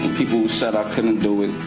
people who said i couldn't do it.